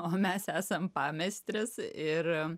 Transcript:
o mes esam pameistrės ir